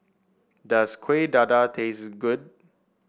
does Kueh Dadar taste good